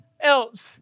else